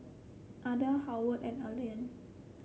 Adda Howard and Allean